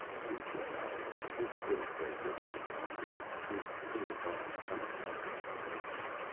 pietro nodded, his little gray goatee bobbing, his lean body coming upright smoothly.